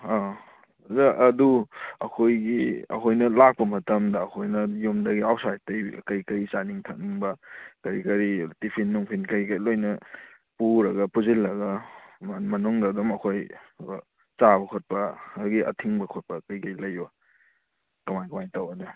ꯑꯥ ꯑꯣꯖꯥ ꯑꯗꯨ ꯑꯩꯈꯣꯏꯒꯤ ꯑꯩꯈꯣꯏꯅ ꯂꯥꯛꯄ ꯃꯇꯝꯗ ꯑꯩꯈꯣꯏꯅ ꯌꯨꯝꯗꯩ ꯑꯥꯎꯇꯁꯥꯏꯗꯇꯩ ꯀꯩꯀꯩ ꯆꯥꯅꯤꯡ ꯊꯛꯅꯤꯡꯕ ꯀꯔꯤ ꯀꯔꯤ ꯇꯤꯞꯐꯤꯟ ꯅꯨꯡꯐꯤꯟ ꯀꯔꯤ ꯀꯔꯤ ꯂꯣꯏꯅ ꯄꯨꯔꯒ ꯄꯨꯁꯜꯂꯛꯑꯒ ꯃꯅꯨꯡꯗ ꯑꯗꯨꯝ ꯑꯩꯈꯣꯏ ꯆꯥꯕ ꯈꯣꯠꯄ ꯉꯁꯥꯏꯒꯤ ꯑꯊꯤꯡꯕ ꯈꯣꯠꯄ ꯀꯩꯀꯩ ꯂꯩꯕ ꯀꯃꯥꯏ ꯀꯃꯥꯏꯅ ꯇꯧꯕ